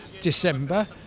December